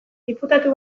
diputatu